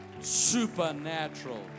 supernatural